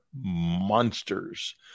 Monsters